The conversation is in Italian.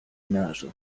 naso